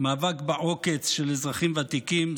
מאבק בעוקץ של אזרחים ותיקים,